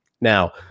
Now